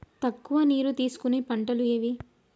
తక్కువ నీరు తీసుకునే పంటలు ఏవి?